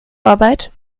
arbeit